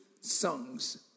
songs